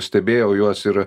stebėjau juos ir